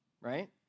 right